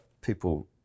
people